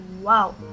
wow